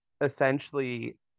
essentially